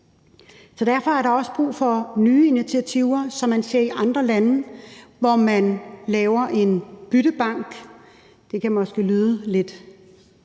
Derfor er der også brug for nye initiativer, som man ser i andre lande, hvor man laver en byttebank. Det kan måske lyde lidt